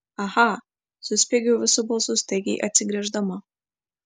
aha suspiegiau visu balsu staigiai atsigręždama